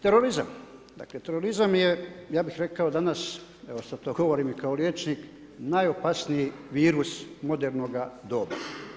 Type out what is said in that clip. Terorizam, dakle terorizam je ja bih rekao danas, evo sada to govorim i kao liječnik najopasniji virus modernoga doba.